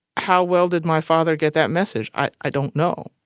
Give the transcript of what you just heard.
how well did my father get that message? i i don't know,